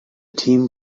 team